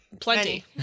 plenty